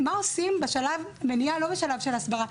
מה עושים בשלב מניעה, לא בשלב של הסברה.